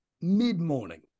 mid-morning